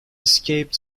escaped